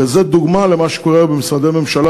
וזאת דוגמה למה שקורה היום במשרדי הממשלה,